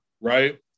right